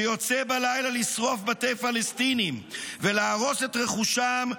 שיוצא בלילה לשרוף בתי פלסטינים ולהרוס את רכושם,